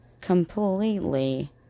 completely